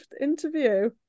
interview